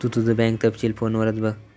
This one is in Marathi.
तु तुझो बँक तपशील फोनवरच बघ